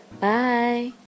bye